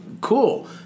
cool